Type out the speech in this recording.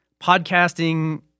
podcasting